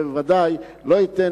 ובוודאי לא ייתן